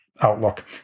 outlook